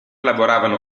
lavoravano